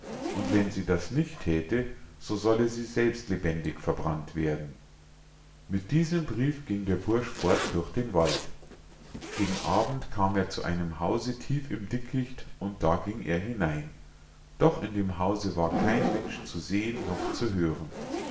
und wenn sie das nicht thäte so solle sie selbst lebendig verbrannt werden mit diesem brief ging der bursch fort durch den wald gegen abend kam er zu einem hause tief im dickicht und da ging er hinein doch in dem hause war kein mensch zu sehen noch zu hören